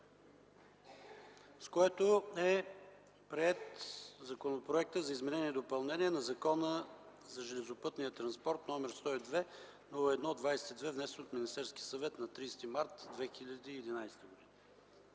относно Законопроект за изменение и допълнение на Закона за железопътния транспорт, № 102-01-22, внесен от Министерския съвет на 30 март 2011 г.